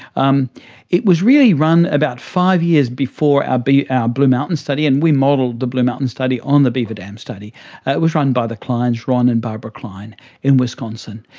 um it was really run about five years before our blue mountains study, and we modelled the blue mountains study on the beaver dam study. it was run by the kleins, ron and barbara klein in wisconsin.